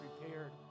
prepared